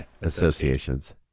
associations